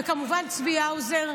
וכמובן צבי האוזר,